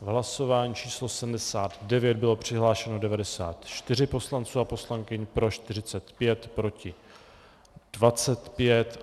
V hlasování číslo 79 bylo přihlášeno 94 poslanců a poslankyň, pro 45, proti 25.